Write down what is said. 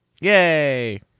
Yay